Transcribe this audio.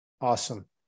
Awesome